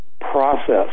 process